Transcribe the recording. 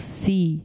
see